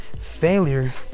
Failure